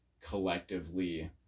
collectively